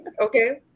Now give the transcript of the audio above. Okay